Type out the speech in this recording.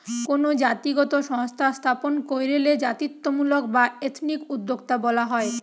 কোনো জাতিগত সংস্থা স্থাপন কইরলে জাতিত্বমূলক বা এথনিক উদ্যোক্তা বলা হয়